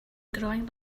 growing